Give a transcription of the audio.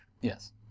Yes